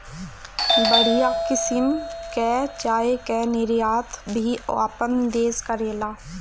बढ़िया किसिम कअ चाय कअ निर्यात भी आपन देस करेला